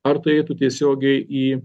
ar tai eitų tiesiogiai į